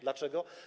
Dlaczego?